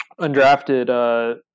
undrafted